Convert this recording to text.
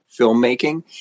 filmmaking